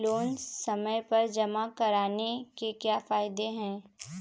Loan समय पर जमा कराने के क्या फायदे हैं?